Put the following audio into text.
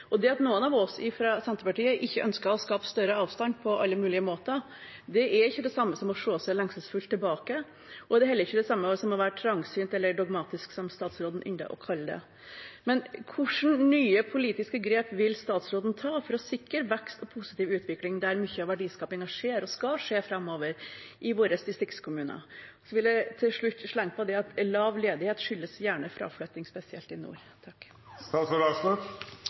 og de fortjener vår respekt. Det at noen av oss fra Senterpartiet ikke ønsker å skape større avstand på alle mulige måter, er ikke det samme som å se seg lengselsfullt tilbake. Det er heller ikke det samme som å være trangsynt eller dogmatisk, som statsråden ynder å kalle det. Hvilke nye politiske grep vil statsråden ta for å sikre vekst og positiv utvikling der mye av verdiskapingen skjer og skal skje framover – i våre distriktskommuner? Jeg vil til slutt legge til at lav ledighet skyldes gjerne fraflytting, spesielt i nord.